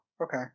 okay